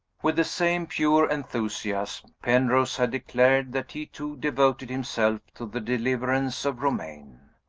with the same pure enthusiasm, penrose had declared that he too devoted himself to the deliverance of romayne.